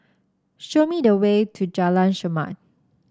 show me the way to Jalan Chermat